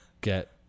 get